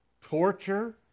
torture